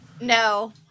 No